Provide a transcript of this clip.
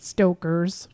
Stokers